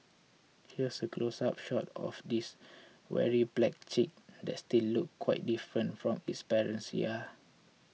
here's a close up shot of this weary black chick that still looked quite different from its parents yeah